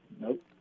Nope